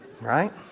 right